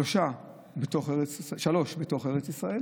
שלוש בתוך ארץ ישראל